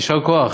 יישר כוח.